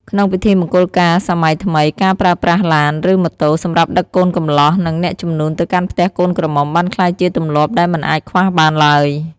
ក្នុងពិធីមង្គលការសម័យថ្មី ការប្រើប្រាស់ ឡាន ឬម៉ូតូ សម្រាប់ដឹកកូនកំលោះ និងអ្នកជំនូនទៅកាន់ផ្ទះកូនក្រមុំបានក្លាយជាទម្លាប់ដែលមិនអាចខ្វះបានឡើយ។